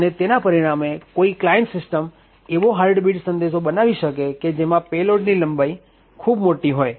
અને તેના પરિણામે કોઈ ક્લાયન્ટ સીસ્ટમ એવો હાર્ટબીટ સંદેશ બનાવી શકે કે જેમાં પેલોડની લંબાઈ ખુબ મોટી હોય